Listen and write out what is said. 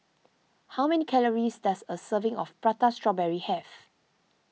how many calories does a serving of Prata Strawberry have